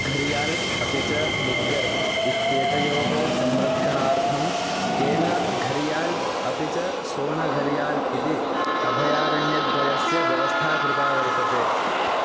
घरियाल् अपि च मुग्गर् इत्येतयोः संरक्षणार्थं केन घरियाल् अपि च सोनघरियाल् इति अभयारण्यद्वयस्य व्यवस्था कृता वर्तते